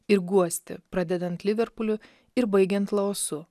ir guosti pradedant liverpuliu ir baigiant laosu